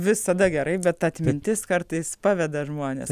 visada gerai bet atmintis kartais paveda žmones